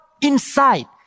inside